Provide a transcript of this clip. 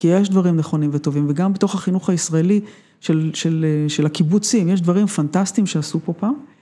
‫כי יש דברים נכונים וטובים, ‫וגם בתוך החינוך הישראלי של הקיבוצים ‫יש דברים פנטסטיים שעשו פה פעם.